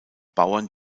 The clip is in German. bauern